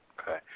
Okay